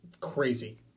crazy